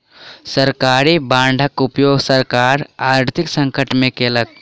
सरकारी बांडक उपयोग सरकार आर्थिक संकट में केलक